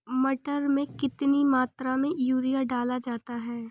मटर में कितनी मात्रा में यूरिया डाला जाता है?